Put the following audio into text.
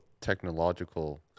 technological